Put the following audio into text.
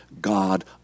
God